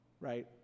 right